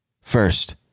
First